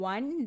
One